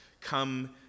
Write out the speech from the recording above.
come